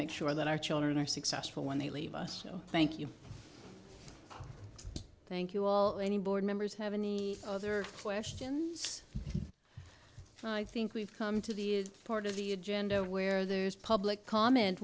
make sure that our children are successful when they leave us no thank you thank you all any board members have any other questions and i think we've come to the part of the agenda where those public comment